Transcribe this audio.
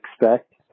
expect